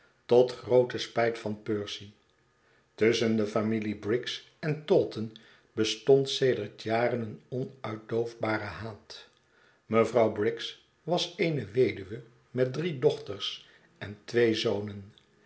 tot groote spijt van percy tusschen de familie briggs en taunton bestond sedert jaren een onuitdoofbare haat mevrouw briggs was eene wedu we met drie dochters en twee zonen